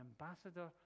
ambassador